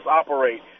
operate